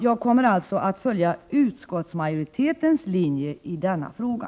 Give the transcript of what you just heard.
Jag kommer att följa utskottsmajoritetens linje i denna fråga.